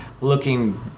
Looking